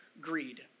greed